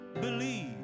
believe